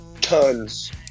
Tons